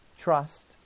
Trust